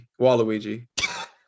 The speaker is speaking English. Waluigi